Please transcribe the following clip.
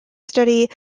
study